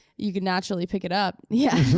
you could naturally pick it up, yeah.